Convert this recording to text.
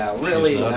really,